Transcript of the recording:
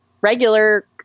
regular